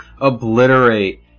obliterate